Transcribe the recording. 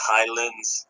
Highlands